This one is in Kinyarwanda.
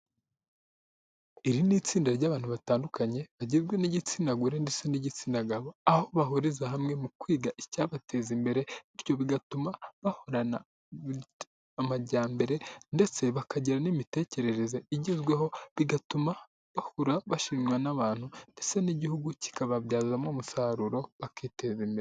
Iri ni itsinda ry'abantu batandukanye bagizwe n'igitsina gore ndetse n'igitsina gabo, aho bahuriza hamwe mu kwiga icyabateza imbere bityo bigatuma bahorana amajyambere ndetse bakagira n'imitekerereze igezweho, bigatuma bahora bashimwa n'abantu ndetse n'igihugu kikababyazamo umusaruro bakiteza imbere.